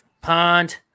Pond